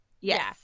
Yes